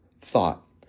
thought